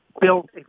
built